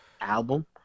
Album